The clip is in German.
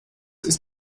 ist